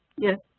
yes.